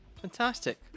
fantastic